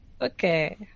Okay